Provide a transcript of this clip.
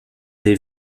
des